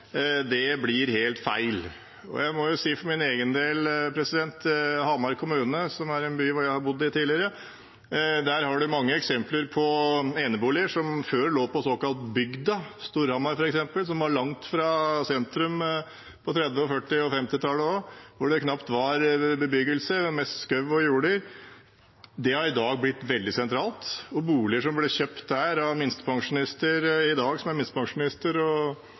blir helt feil. Jeg vil si for min egen del at i Hamar kommune, i en by hvor jeg har bodd tidligere, er det mange eksempler på eneboliger som før lå på såkalt bygda. Storhamar, f.eks., som var langt fra sentrum på 1930-, 1940- og 1950-tallet, der det knapt var bebyggelse, det var mest skog og jorder, er i dag blitt veldig sentralt. Boliger som ble kjøpt der av folk som i dag er minstepensjonister med minimalt med inntekt, er blitt enormt kostbare og